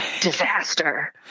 disaster